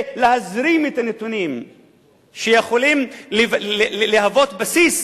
להזרים את הנתונים שיכולים להיות בסיס